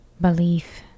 belief